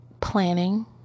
planning